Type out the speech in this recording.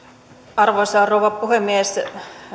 arvoisa rouva puhemies